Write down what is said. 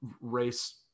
race